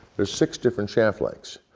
there's six different shaft lengths.